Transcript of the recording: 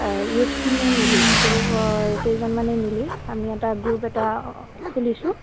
ইউথখিনিয়ে মিলি যুৱ কেইজনমানে মিলি আমি এটা গ্ৰুপ এটা খুলিছোঁ